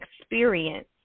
experience